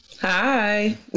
Hi